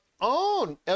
own